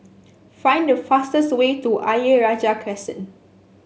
find the fastest way to Ayer Rajah Crescent